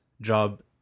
job